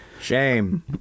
Shame